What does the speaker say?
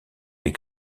les